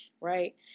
right